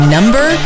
Number